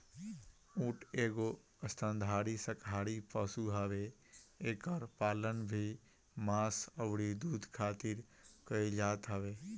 ऊँट एगो स्तनधारी शाकाहारी पशु हवे एकर पालन भी मांस अउरी दूध खारित कईल जात हवे